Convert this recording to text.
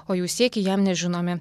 o jų siekiai jam nežinomi